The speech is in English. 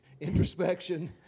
introspection